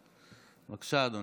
בבקשה, אדוני.